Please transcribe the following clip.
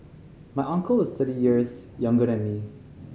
my uncle is thirty years younger than me